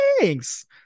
thanks